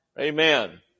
Amen